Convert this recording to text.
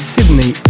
Sydney